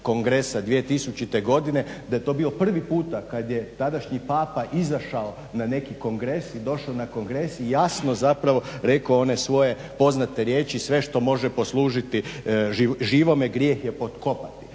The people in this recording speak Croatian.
kongresa 2000. godine da je to bilo prvi puta kad je tadašnji papa izašao na neki kongres i došao na kongres i jasno zapravo rekao one svoje poznate riječi sve što može poslužiti živome grijeh je pokopati.